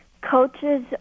coaches